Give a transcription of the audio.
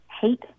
hate